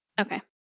Okay